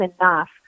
enough